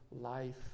life